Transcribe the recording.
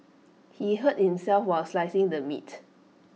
he hurt himself while slicing the meat